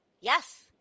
Yes